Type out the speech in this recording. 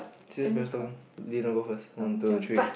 scissors paper stone loser go first one two three